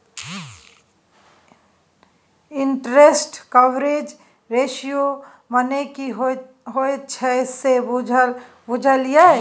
Interest coverage ratio मने की होइत छै से बुझल यै?